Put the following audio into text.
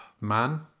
Man